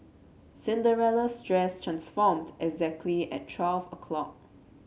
Cinderella's dress transformed exactly at twelve o'clock